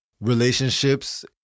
relationships